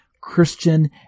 Christian